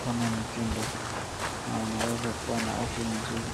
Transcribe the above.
kama mtindo na wanaweza kuwa na afya nzuri.